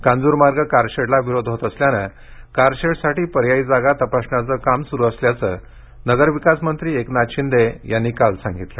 कांजुरमार्ग कारशेडला विरोध होत असल्याने कारशेडसाठी पर्यायी जागा तपासण्याचे काम सुरु असल्याचे नगरविकास मंत्री एकनाथ शिंदे यांनी काल सांगितले